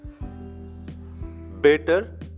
better